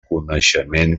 coneixement